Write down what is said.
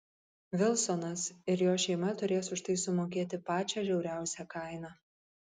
vilsonas ir jo šeima turės už tai sumokėti pačią žiauriausią kainą